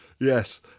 yes